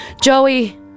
Joey